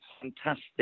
fantastic